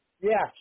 Yes